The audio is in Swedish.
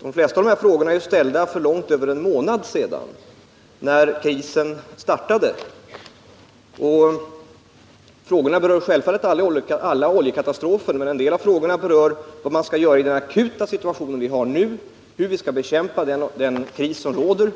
De flesta av frågorna är ställda för långt över en månad sedan, när krisen startade. Alla frågor berör självfallet oljekatastrofer, men en del av frågorna berör vad man skall göra i den akuta situation vi nu har, hur vi skall bekämpa den kris som råder,